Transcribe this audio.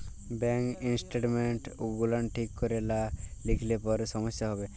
bank statements গুলান ঠিক ক্যরে লা লিখলে পারে সমস্যা হ্যবে